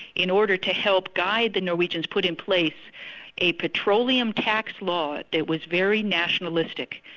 in order to help guide the norwegians put in place a petroleum tax law that was very nationalistic,